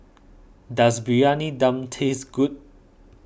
does Briyani Dum taste good